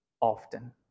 often